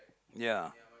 ya